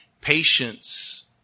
patience